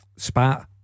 spat